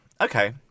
Okay